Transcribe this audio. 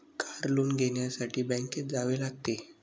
car loan घेण्यासाठी बँकेत जावे लागते